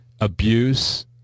abuse